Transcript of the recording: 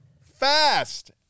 fast